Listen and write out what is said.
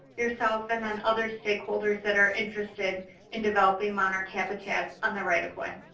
yourself, and then other stakeholders that are interested in developing monarch habitat on the right-of-way.